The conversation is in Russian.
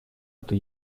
эту